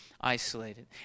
isolated